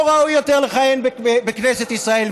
לא ראוי יותר לכהן בכנסת ישראל,